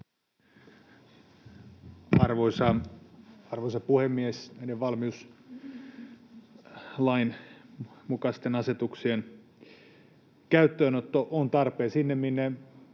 Arvoisa puhemies! Näiden valmiuslain mukaisten asetuksien käyttöönotto on tarpeen. Siellä, minne